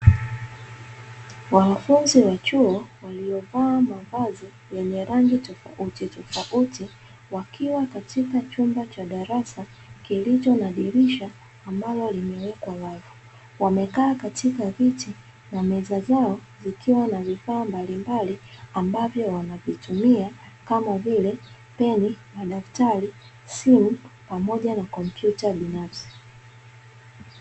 Wanafunzi wa chuo waliovaa mavazi yenye rangi tofaututofauti, wakiwa katika chumba cha darasa kilicho na dirisha ambalo limewekwa wazi, wamekaa katika viti na meza zao zikiwa na vifaa mbalimbali ambavyo wanatumia kama vile: peni, madaftari, simu pamoja na kompyuta binafsi.